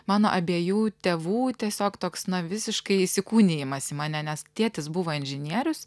mano abiejų tėvų tiesiog toks na visiškai įsikūnijimas į mane nes tėtis buvo inžinierius